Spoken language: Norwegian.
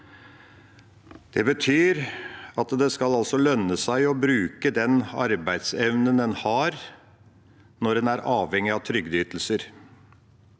Det betyr at det skal lønne seg å bruke den arbeidsevnen en har, når en er avhengig av trygdeytelser.